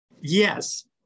Yes